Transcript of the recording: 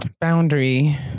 Boundary